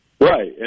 Right